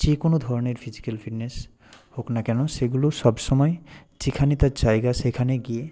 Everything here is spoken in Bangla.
যে কোনও ধরনের ফিজিক্যাল ফিটনেস হোক না কেন সেগুলো সবসময় যেখানে তার জায়গা সেখানে গিয়ে